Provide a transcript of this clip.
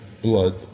Blood